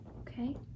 okay